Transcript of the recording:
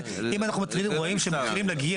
אם אנחנו רואים שמתחילים להגיע